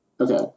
Okay